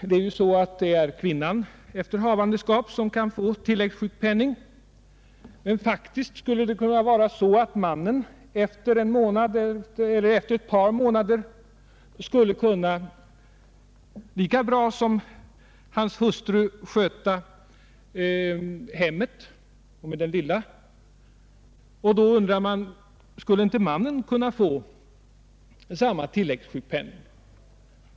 Det är ju kvinnan som efter havandeskap kan få tilläggssjukpenning, men faktiskt skulle mannen efter ett par månader lika bra som sin hustru kunna sköta hemmet och babyn. Därför undrade jag om inte mannen skulle kunna få samma tilläggssjukpenning.